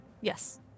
Yes